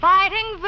Fighting